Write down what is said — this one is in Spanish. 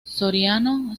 soriano